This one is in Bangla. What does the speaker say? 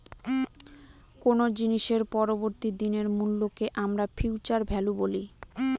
কোনো জিনিসের পরবর্তী দিনের মূল্যকে আমরা ফিউচার ভ্যালু বলি